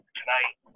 tonight